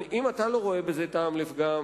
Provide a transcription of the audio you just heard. אם אתה לא רואה בזה טעם לפגם,